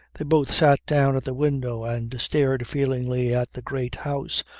they both sat down at the window and stared feelingly at the great house,